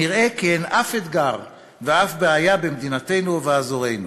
נראה כי אין אף אתגר ואף בעיה במדינתנו ובאזורנו.